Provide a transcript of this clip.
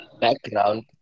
background